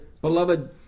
beloved